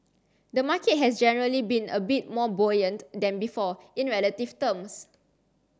the market has generally been a bit more buoyant than before in relative terms